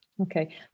Okay